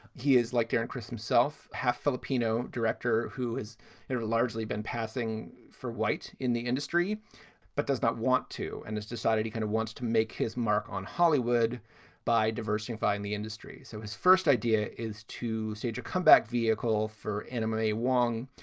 he is like darren criss, himself half filipino director who has largely been passing for white in the industry but does not want to and has decided he kind of wants to make his mark on hollywood by diversifying the industry. so his first idea is to stage a comeback vehicle for enemy wong,